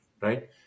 right